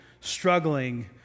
struggling